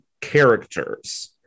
characters